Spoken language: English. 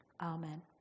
Amen